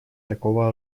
такого